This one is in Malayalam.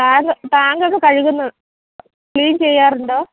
ടാങ്ക് ടാങ്കോക്കെ കഴുകുന്നുണ്ടോ ക്ലീൻ ചെയ്യാറുണ്ടോ